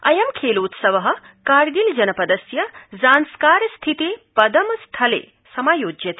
अयं खेलोत्सव कारगिल जनपदस्य जान्स्कार स्थिते पदम स्थले समायोज्यते